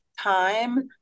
time